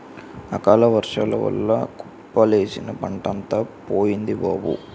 అకాలవర్సాల వల్ల కుప్పలేసిన పంటంతా పోయింది బాబూ